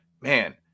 man